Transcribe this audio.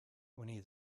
winnie